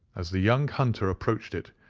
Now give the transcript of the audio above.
as the young hunter approached it,